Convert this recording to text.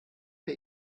per